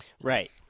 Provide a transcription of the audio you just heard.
Right